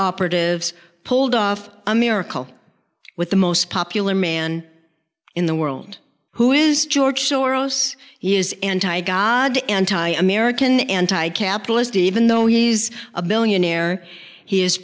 operatives pulled off a miracle with the most popular man in the world who is george soros he is anti god anti american anti capitalist even though he's a billionaire he is